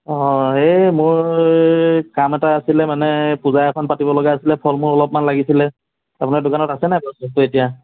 অঁ হেই মোৰ কাম এটা আছিল মানে পূজা এখন পাতিব লগা আছিল ফল মূল অলপমান লাগিছিল আপোনাৰ দোকানত আছে নে বস্তুটো এতিয়া